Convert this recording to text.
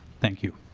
thank you.